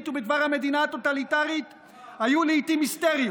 ובדבר המדינה הטוטליטרית היו לעיתים היסטריות.